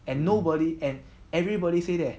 and nobody and everybody say that